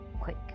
quick